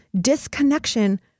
disconnection